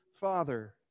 Father